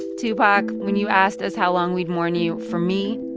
tupac, when you asked us how long we'd mourn you, for me,